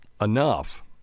enough